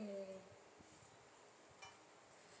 mm